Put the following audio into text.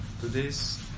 today's